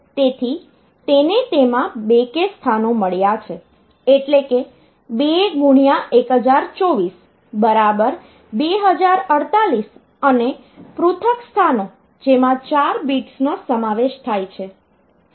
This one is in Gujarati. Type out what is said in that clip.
તેથી તેને તેમાં 2 k સ્થાનો મળ્યા છે એટલે કે 21024 બરાબર 2048 અને પૃથક સ્થાનો જેમાં 4 બિટ્સનો સમાવેશ થાય છે